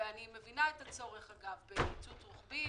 אני מבינה את הצורך, אגב בקיצוץ רוחבי,